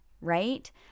right